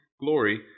glory